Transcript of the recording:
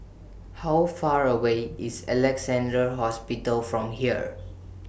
How Far away IS Alexandra Hospital from here